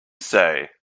say